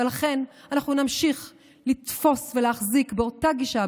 ולכן אנחנו נמשיך לתפוס ולהחזיק באותה גישה,